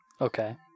Okay